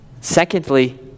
Secondly